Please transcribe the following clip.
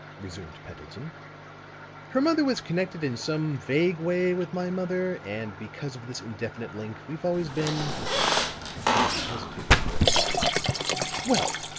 resumed pendleton her mother was connected in some vague way with my mother and because of this indefinite link, we've always been here he hesitated for an instant well,